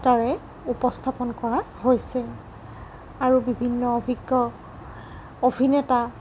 তাৰে উপস্থাপন কৰা হৈছে আৰু বিভিন্ন অভিজ্ঞ অভিনেতা